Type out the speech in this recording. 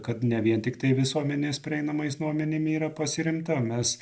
kad ne vien tiktai visuomenės prieinamais nuomonėm yra pasiremta o mes